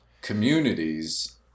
communities